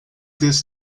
this